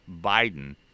Biden